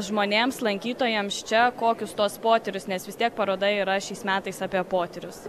žmonėms lankytojams čia kokius tuos potyrius nes vis tiek paroda yra šiais metais apie potyrius